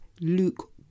Luke